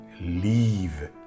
leave